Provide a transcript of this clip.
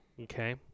okay